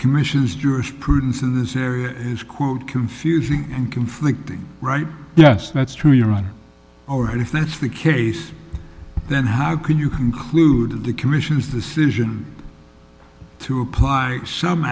commission's jurisprudence in this area is quote confusing and conflicting right yes that's true you're on our air if that's the case then how can you conclude the commission's decision to apply some